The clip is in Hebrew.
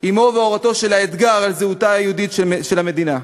אמו והורתו של האתגר על זהותה היהודית של המדינה,